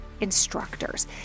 instructors